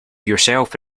yourself